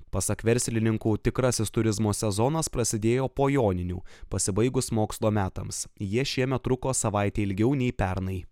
pasak verslininkų tikrasis turizmo sezonas prasidėjo po joninių pasibaigus mokslo metams jie šiemet truko savaite ilgiau nei pernai